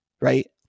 right